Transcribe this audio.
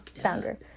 founder